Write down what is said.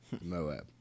Moab